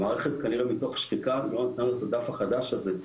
המערכת כנראה מתוך שחיקה לא נתנה לה את הדף החדש הזה.